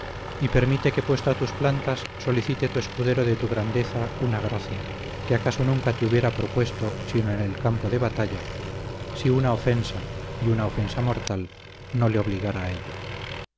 y permite que puesto a tus plantas solicite tu escudero de tu grandeza una gracia que acaso nunca te hubiera propuesto sino en el campo de batalla si una ofensa y una ofensa mortal no le obligara a ello